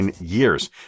years